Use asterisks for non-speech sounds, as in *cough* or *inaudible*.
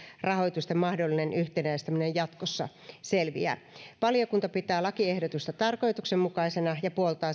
rahoitusten mahdollinen yhtenäistäminen jatkossa selviää valiokunta pitää lakiehdotusta tarkoituksenmukaisena ja puoltaa *unintelligible*